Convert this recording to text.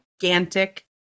gigantic